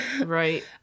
Right